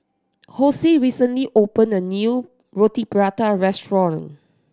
Hosie recently opened a new Roti Prata restaurant